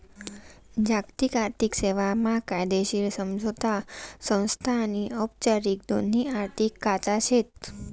जागतिक आर्थिक सेवा मा कायदेशीर समझोता संस्था आनी औपचारिक दोन्ही आर्थिक खाचा शेत